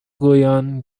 گویان